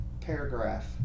paragraph